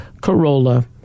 Corolla